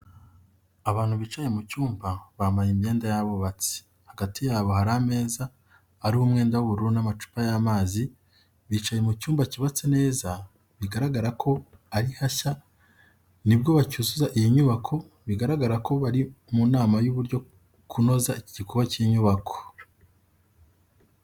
Abantu bicaye mu cyumba bambaye imyenda y'abubatsi, hagati yabo hari ameza ariho umwenda w'ubururu n'amacupa y'amazi, bicaye mu cyumba cyubatse neza bigaragara ko ari hashya nibwo bacyuzuza iyi nyubako biragaragara ko bari mu nama y'uburyo kunoza iki gikorwa cy'iyi nyubako.